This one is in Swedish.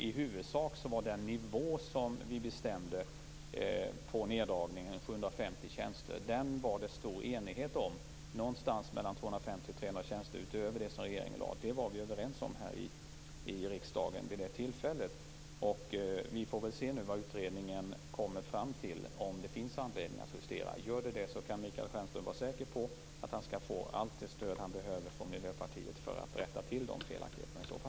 I huvudsak var det emellertid stor enighet här i riksdagen vid det tillfället om nivån på neddragningen som vi bestämde, nämligen 750 tjänster, vilket var 250-300 tjänster utöver det som regeringen lade fram förslag om. Vi får väl se vad utredningen kommer fram till och om det finns anledning att göra en justering. Om det gör det kan Michael Stjernström vara säker på att han skall få allt det stöd som han behöver från Miljöpartiet för att i så fall rätta till felaktigheterna.